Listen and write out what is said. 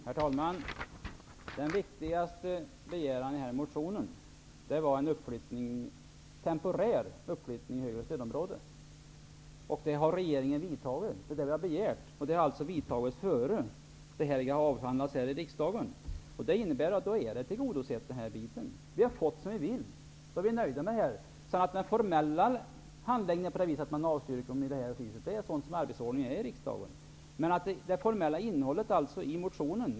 Herr talman! Den viktigaste begäran i motionen var att en temporär uppflyttning i ett högre stödområde skulle ske. Det har vi begärt. En sådan åtgärd har regeringen vidtagit redan innan ärendet avhandlades i riksdagen. Det innebär att motionen är tillgodosedd. Vi har fått som vi vill, och då är vi nöjda med det här. Arbetsordningen i riksdagen är sådan att man rent formellt avstyrker motionen. Innehållet i motionen är dock tillgodosett.